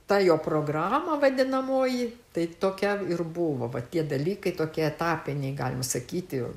ta jo programa vadinamoji tai tokia ir buvo vat tie dalykai tokie etapiniai galima sakyti